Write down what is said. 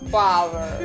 power